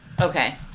Okay